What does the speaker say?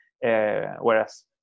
Whereas